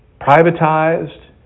Privatized